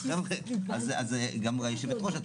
היושבת-ראש,